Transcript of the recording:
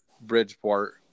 Bridgeport